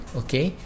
okay